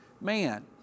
man